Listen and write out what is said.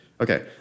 Okay